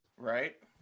Right